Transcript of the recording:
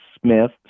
Smith